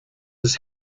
his